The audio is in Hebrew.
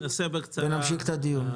ונמשיך את הדיון.